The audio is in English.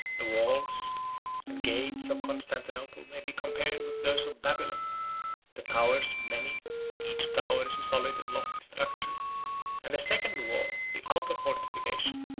the walls and gates of constantinople may be compared with those of babylon the towers many each tower is a solid and lofty structure and the second wall, the outer fortification,